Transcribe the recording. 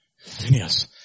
Phineas